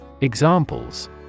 Examples